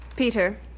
Peter